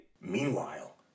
Meanwhile